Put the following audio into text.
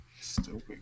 Stupid